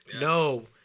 No